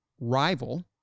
Rival